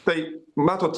tai matot